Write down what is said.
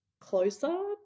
closer